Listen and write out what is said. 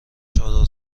چادر